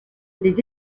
les